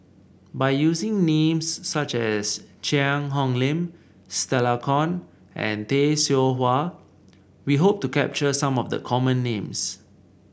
by using names such as Cheang Hong Lim Stella Kon and Tay Seow Huah we hope to capture some of the common names